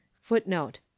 footnote